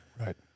Right